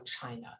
China